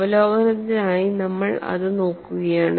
അവലോകനത്തിനായി നമ്മൾ അത് നോക്കുകയാണ്